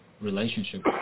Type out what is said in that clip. relationship